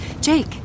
Jake